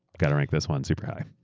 going to rank this one super high.